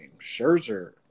scherzer